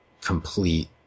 complete